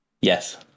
Yes